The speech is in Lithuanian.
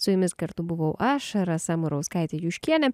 su jumis kartu buvau aš rasa murauskaitė juškienė